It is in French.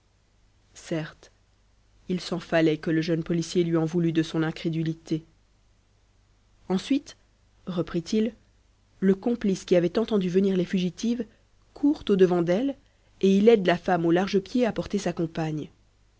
certes il s'en fallait que le jeune policier lui en voulût de son incrédulité ensuite reprit-il le complice qui avait entendu venir les fugitives court au-devant d'elles et il aide la femme au large pied à porter sa compagne